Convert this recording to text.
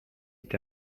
est